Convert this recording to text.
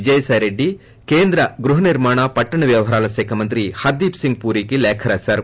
విజయసాయిరెడ్డి కేంద్ర గ్బహ నిర్మాణ పట్షణ వ్యవహారాల శాఖ మంత్రి హర్గీప్ సింగ్ పురికి లేఖ రాశారు